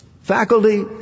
faculty